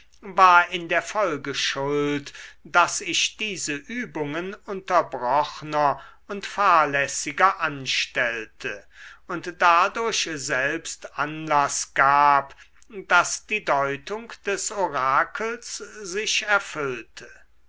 war in der folge schuld daß ich diese übungen unterbrochner und fahrlässiger anstellte und dadurch selbst anlaß gab daß die deutung des orakels sich erfüllte